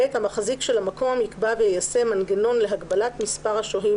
(ב)המחזיק של המקום יקבע ויישם מנגנון להגבלת מספר השוהים